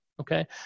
Okay